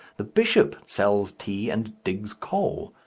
the bishop sells tea and digs coal,